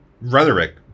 Rhetoric